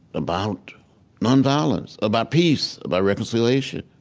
about nonviolence, about peace, about reconciliation,